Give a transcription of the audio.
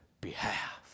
behalf